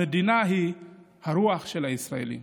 המדינה היא הרוח של הישראלים.